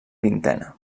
vintena